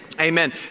Amen